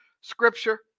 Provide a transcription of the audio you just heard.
scripture